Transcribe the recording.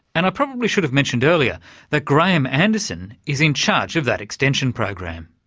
and i probably should have mentioned earlier that graeme anderson is in charge of that extension program.